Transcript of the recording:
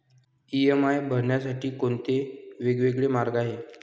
EMI भरण्यासाठी कोणते वेगवेगळे मार्ग आहेत?